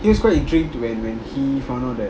he was quite intrigued when when he found out that